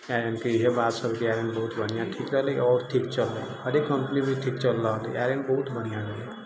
आइरनके इएहे बात सभ आइरन बढ़िआँ ठीक रहलै आओर ठीक चलै आओर ई कम्पनी भी ठीक चलि रहल छै आइरन बहुत बढ़िआँ रहलै